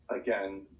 again